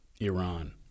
Iran